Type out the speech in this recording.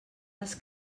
les